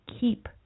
keep